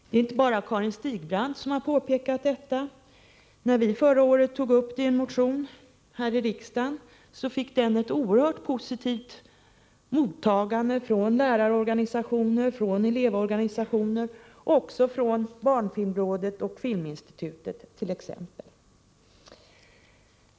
Det är inte bara Karin Stigbrand som påpekat detta. När vi förra året tog upp frågan i en motion här i riksdagen, fick denna ett oerhört positivt mottagande från lärarorganisationer, från elevorganisationer och även från barnfilmrådet och filminstitutet.